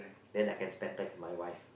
then I can spend time with my wife